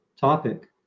topic